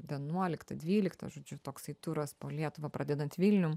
vienuoliktą dvyliktą žodžiu toksai turas po lietuvą pradedant vilnium